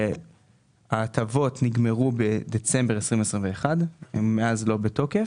ההטבות נגמרו בדצמבר 2021 ומאז הן לא בתוקף,